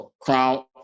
Crown